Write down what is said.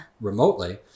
remotely